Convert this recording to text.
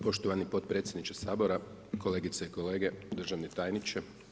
Poštovani potpredsjedniče Sabora, kolegice i kolege, državni tajniče.